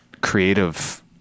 creative